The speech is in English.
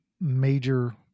major